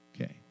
Okay